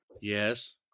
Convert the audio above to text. Yes